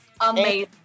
Amazing